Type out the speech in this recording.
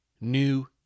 New